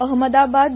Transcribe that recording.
अहमदाबाद